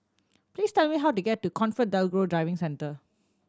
please tell me how to get to ComfortDelGro Driving Centre